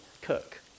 cook